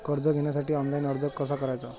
कर्ज घेण्यासाठी ऑनलाइन अर्ज कसा करायचा?